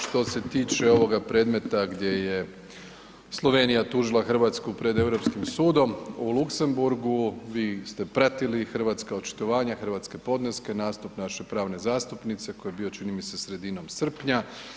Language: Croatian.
Što se tiče ovoga predmeta gdje je Slovenija tužila Hrvatsku pred Europskim sudom u Luxembourgu vi ste pratili hrvatska očitovanja, hrvatske podneske, nastup naše pravne zastupnice koji je bio čini mi se sredinom srpnja.